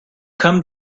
come